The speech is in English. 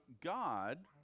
God